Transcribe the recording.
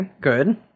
good